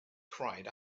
cried